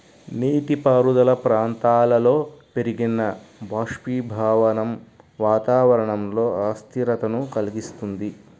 నీటిపారుదల ప్రాంతాలలో పెరిగిన బాష్పీభవనం వాతావరణంలో అస్థిరతను కలిగిస్తుంది